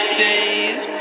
days